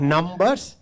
Numbers